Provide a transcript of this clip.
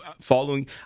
Following